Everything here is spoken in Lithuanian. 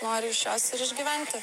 nori iš jos ir išgyventi